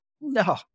no